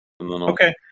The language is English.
Okay